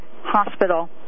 hospital